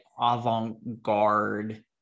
avant-garde